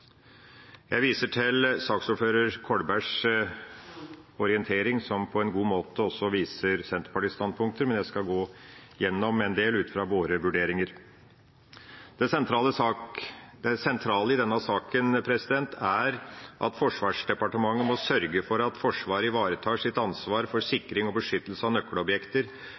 Jeg viser til saksordfører Kolbergs orientering, som på en god måte også viser Senterpartiets standpunkter, men jeg skal gå gjennom en del ut fra våre vurderinger. Det sentrale i denne saken er at Forsvarsdepartementet må sørge for at Forsvaret ivaretar sitt ansvar for sikring og beskyttelse av nøkkelobjekter,